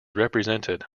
represented